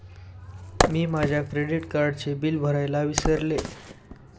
मी माझ्या क्रेडिट कार्डचे बिल भरायला विसरले